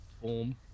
form